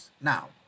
Now